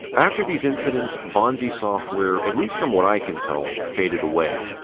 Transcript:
after these incidents, bonzi software, at least from what i can tell, faded away.